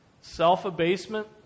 Self-abasement